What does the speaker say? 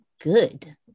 good